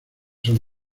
son